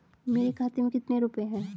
मेरे खाते में कितने रुपये हैं?